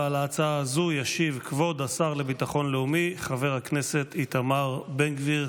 על ההצעה הזאת ישיב כבוד השר לביטחון לאומי חבר הכנסת איתמר בן גביר,